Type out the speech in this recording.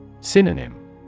Synonym